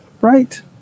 Right